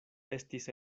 estis